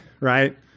right